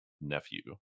nephew